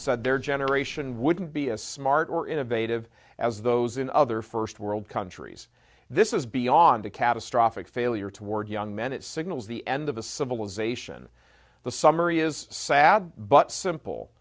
said their generation wouldn't be as smart or innovative as those in other first world countries this is beyond a catastrophic failure toward young men it signals the end of a civilization the summary is sad but simple